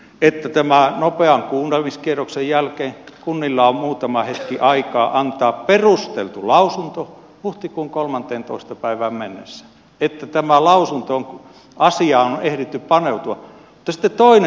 eritoten maan nopea kuulemiskierroksen jälkeen kunnilla on muutama hetki aikaa on perusteltu lausunto huhtikuun kolmanteentoista päivään mennessä että tämä lausunto asia on ehditty paneutua tästä toimi